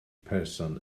person